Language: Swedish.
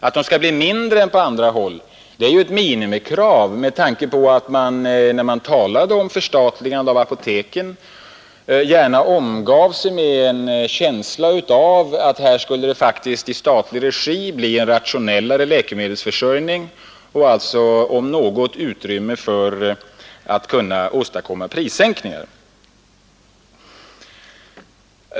Att de skall bli mindre än på andra håll är ett minimikrav, med tanke på att man vid apoteksväsendets förstatligande gärna ville skapa en känsla av att det i statlig regi skulle bli en mera rationell läkemedelsförsörjning och följaktligen utrymme för att kunna genomföra prissänkningar.